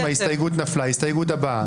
ההסתייגות הבאה.